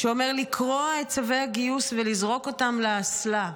שאומר לקרוע את צווי הגיוס ולזרוק אותם לאסלה.